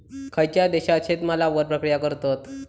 खयच्या देशात शेतमालावर प्रक्रिया करतत?